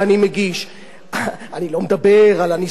אני לא מדבר על הנישואים האזרחיים,